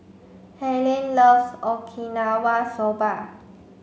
Harlene loves Okinawa Soba